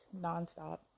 nonstop